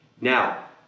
Now